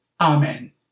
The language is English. Amen